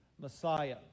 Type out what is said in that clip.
Messiah